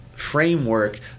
framework